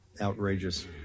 Outrageous